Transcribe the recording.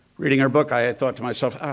reading our book, i had thought to myself,